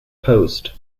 post